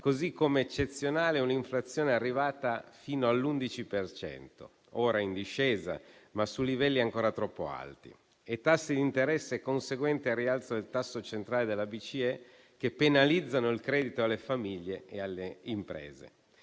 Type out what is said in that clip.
così come eccezionali sono un'inflazione arrivata fino all'11 per cento (ora in discesa, ma su livelli ancora troppo alti), e tassi di interesse, conseguenti al rialzo del tasso centrale della BCE, che penalizzano il credito alle famiglie e alle imprese.